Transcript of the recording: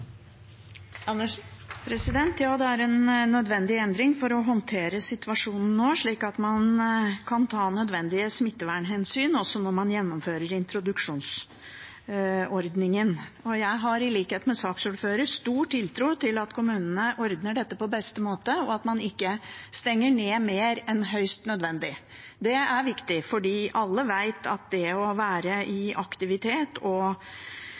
en nødvendig endring for å håndtere situasjonen nå, slik at man kan ta nødvendige smittevernhensyn også når man gjennomfører introduksjonsordningen. Jeg har i likhet med saksordføreren stor tiltro til at kommunene ordner dette på beste måte, og at man ikke stenger ned mer enn høyst nødvendig. Det er viktig, for alle vet at det å være